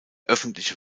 öffentliche